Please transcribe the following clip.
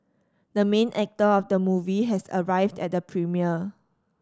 the main actor of the movie has arrived at the premiere